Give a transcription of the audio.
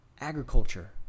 agriculture